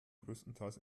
größtenteils